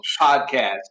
podcast